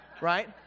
Right